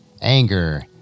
Anger